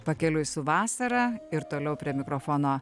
pakeliui su vasara ir toliau prie mikrofono